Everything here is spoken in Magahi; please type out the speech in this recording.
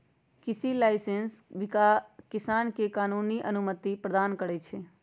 कृषि लाइसेंस किसान के कानूनी अनुमति प्रदान करै छै